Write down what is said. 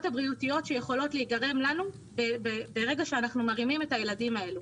הבריאותיות שיכולות להיגרם לנו כאשר אנחנו מרימים את הילדים האלה.